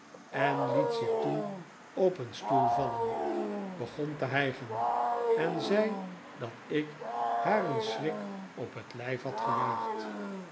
en liet zich toen op een stoel vallen begon te hij gen en zei dat ik haar een schrik op het lijf had gejaagd